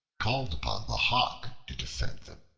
called upon the hawk to defend them.